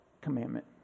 commandment